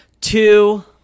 Two